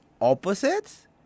opposites